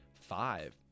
five